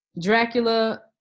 Dracula